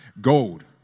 Gold